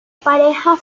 pareja